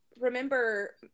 remember